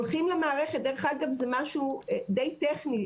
דרך אגב, זה משהו די טכני.